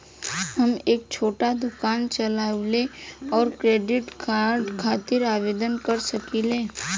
हम एक छोटा दुकान चलवइले और क्रेडिट कार्ड खातिर आवेदन कर सकिले?